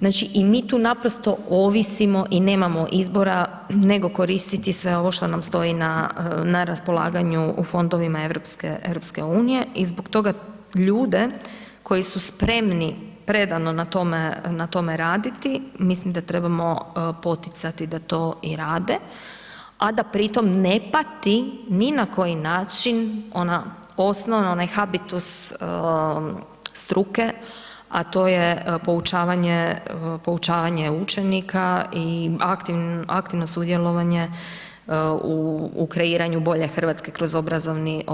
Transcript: Znači i mi tu naprosto ovisimo i nemamo izbora nego koristiti sve ovo što nam stoji na raspolaganju u fondovima EU i zbog toga ljude koji su spremni predano na tome, na tome raditi mislim da trebamo i poticati da to i rade, a da pri tom ne pati ni na koji način ona osnova onaj habitus struke, a to je poučavanje, poučavanje učenika i aktivno sudjelovanje bolje Hrvatske kroz obrazovni